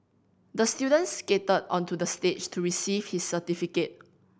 the student skated onto the stage to receive his certificate